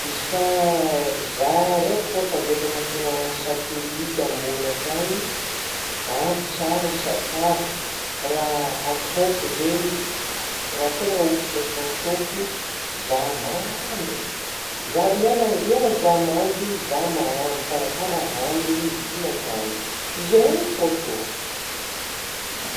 Izy ka a zah raiky fô tavela anatigna satelity ambogny akagny, ampy tsara sakafo raha ataoko zegny raha tegna occupation ataoka zah maaandry zah miala miala zah mandry zah ma-mikarakara hanigny mihigna-kanigny zegny fô ataoko.